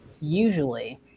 usually